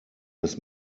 des